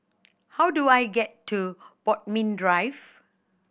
how do I get to Bodmin Drive